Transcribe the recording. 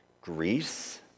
Greece